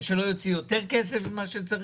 או שלא יוציא יותר כסף ממה שצריך?